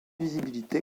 visibilité